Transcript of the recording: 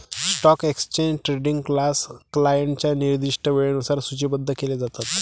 stock exchange trading तास क्लायंटच्या निर्दिष्ट वेळेनुसार सूचीबद्ध केले जातात